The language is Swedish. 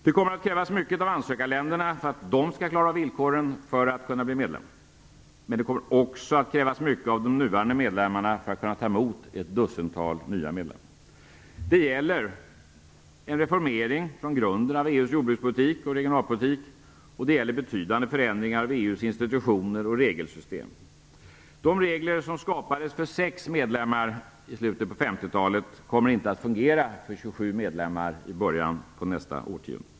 Det kommer att krävas mycket av ansökarländerna för att de skall klara villkoren för att bli medlemmar. Men det kommer också att krävas mycket av de nuvarande medlemmarna för att kunna ta emot ett dussintal nya medlemmar. Det gäller en reformering från grunden av EU:s jordbrukspolitik och regionalpolitik, och det gäller betydande förändringar av EU:s institutioner och regelsystem. De regler som skapades för sex medlemmar i slutet av 1950-talet kommer inte att fungera för 27 medlemmar i början av nästa årtionde.